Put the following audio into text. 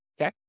Okay